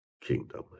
kingdom